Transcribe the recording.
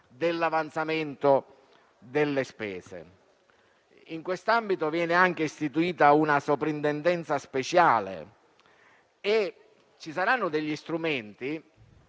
dell'avanzamento delle spese. In quest'ambito, viene anche istituita una soprintendenza speciale e ci saranno alcuni strumenti